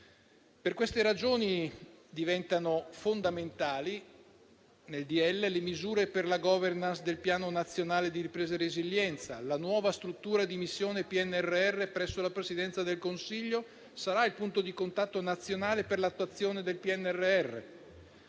Per queste ragioni diventano fondamentali, nel provvedimento, le misure per la *governance* del Piano nazionale di ripresa resilienza. La nuova struttura di missione PNRR, presso la Presidenza del Consiglio, sarà il punto di contatto nazionale per l'attuazione del PNRR.